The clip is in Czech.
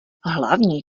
hlavní